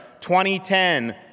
2010